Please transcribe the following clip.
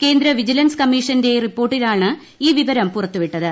കേന്ദ്ര വിജിലൻസ് കമ്മീഷന്റെ റിപ്പോർട്ടാണ് ഈ വിവരം പുറത്തുവിട്ടത്